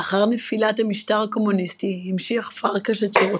לאחר נפילת המשטר הקומוניסטי המשיך פרקש את שרותו.